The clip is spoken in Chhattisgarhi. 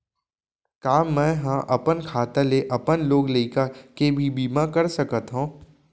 का मैं ह अपन खाता ले अपन लोग लइका के भी बीमा कर सकत हो